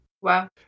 Wow